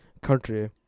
country